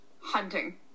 hunting